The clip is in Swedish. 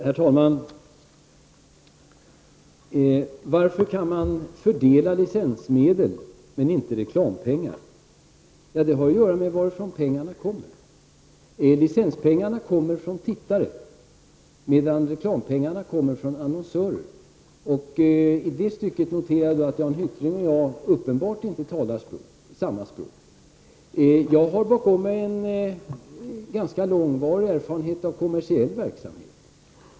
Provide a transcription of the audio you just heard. Herr talman! Varför kan man fördela licensmedel men inte reklampengar? Det har att göra med varifrån pengarna kommer. Licenspengarna kommer från tittare, medan reklampengarna kommer från annonsörer. I det stycket noterar jag att Jan Hyttring och jag uppenbart inte talar samma språk. Jag har bakom mig en ganska lång erfarenhet av kommersiell verksamhet.